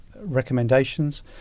recommendations